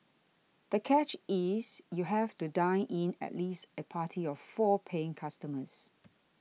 the catch is you have to dine in at least a party of four paying customers